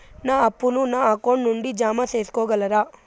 నా అప్పును నా అకౌంట్ నుండి జామ సేసుకోగలరా?